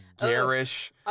garish